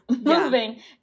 moving